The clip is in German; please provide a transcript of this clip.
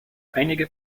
einige